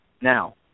Now